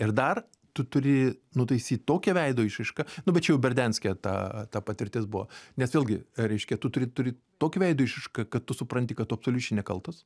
ir dar tu turi nutaisyt tokią veido išraišką nu bet čia jau berdianske ta ta patirtis buvo nes vėlgi reiškia tu turi turi tokią veido išraišką kad tu supranti kad tu absoliučiai nekaltas